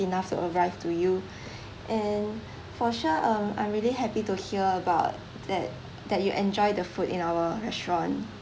enough to arrive to you and for sure um I'm really happy to hear about that that you enjoy the food in our restaurant